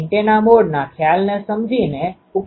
હું fθϕe jK૦r4πr i1NCi ejijK૦arri લખી શકું છુ